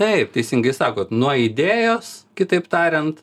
taip teisingai sakot nuo idėjos kitaip tariant